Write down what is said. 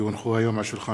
כי הונחו היום על שולחן